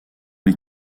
les